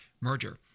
merger